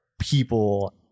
people